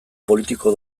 politiko